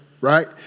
right